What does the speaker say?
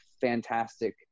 fantastic